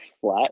flat